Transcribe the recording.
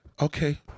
Okay